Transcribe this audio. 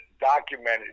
documented